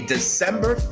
December